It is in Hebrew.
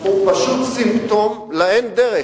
הוא פשוט סימפטום לאין דרך.